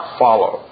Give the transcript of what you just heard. follow